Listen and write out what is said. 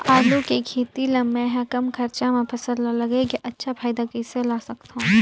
आलू के खेती ला मै ह कम खरचा मा फसल ला लगई के अच्छा फायदा कइसे ला सकथव?